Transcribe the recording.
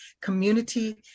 community